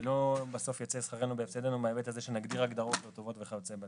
ושלא בסוף ייצא שכרנו בהפסדנו בכך שנגדיר הגדרות לא טובות וכיוצא בזה.